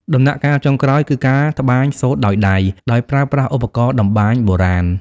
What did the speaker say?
ដំណាក់កាលចុងក្រោយគឺការត្បាញសូត្រដោយដៃ ដោយប្រើប្រាស់ឧបករណ៍តម្បាញបុរាណ។